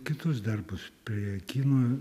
kitus darbus prie kino